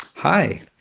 Hi